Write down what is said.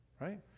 right